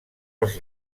els